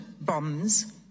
bombs